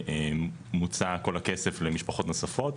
מוצה כל הכסף למשפחות נוספות,